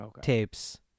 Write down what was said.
tapes